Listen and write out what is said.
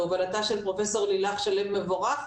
בהובלתה של פרופ' לילך שלו מבורך,